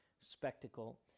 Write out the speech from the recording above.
spectacle